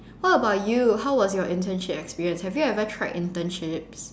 what about you how was your internship experience have you ever tried internships